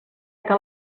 que